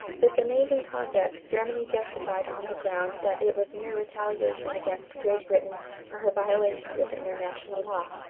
this amazing conduct germany justified on the ground that it was mere retaliation against great britain for her violations of international law.